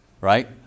Right